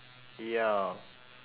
ya